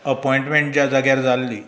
appointment ज्या जाग्यार जाल्ली